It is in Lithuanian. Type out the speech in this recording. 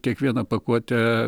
kiekvieną pakuotę